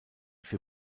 für